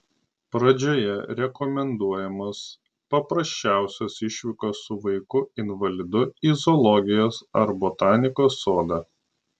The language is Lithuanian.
pradžioje rekomenduojamos paprasčiausios išvykos su vaiku invalidu į zoologijos ar botanikos sodą